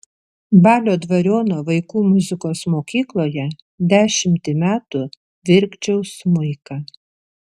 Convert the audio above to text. balio dvariono vaikų muzikos mokykloje dešimtį metų virkdžiau smuiką